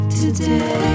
today